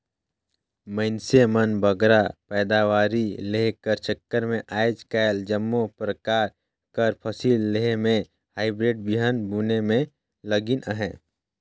मइनसे मन बगरा पएदावारी लेहे कर चक्कर में आएज काएल जम्मो परकार कर फसिल लेहे में हाईब्रिड बीहन बुने में लगिन अहें